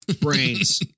Brains